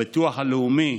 הלאומי,